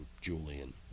Julian